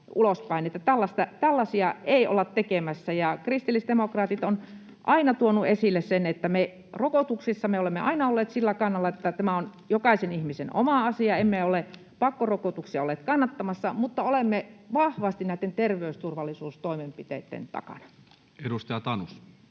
tällaisia ei olla tekemässä. Kristillisdemokraatit ovat aina tuoneet esille sen, että rokotuksissa me olemme aina olleet sillä kannalla, että se on jokaisen ihmisen oma asia. Emme ole pakkorokotuksia olleet kannattamassa, mutta olemme vahvasti näitten terveysturvallisuustoimenpiteitten takana. [Speech 81]